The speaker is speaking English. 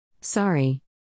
Sorry